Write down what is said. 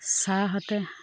ছাৰহঁতে